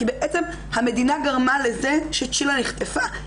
כי המדינה גרמה לזה שצ'ילה נחטפה.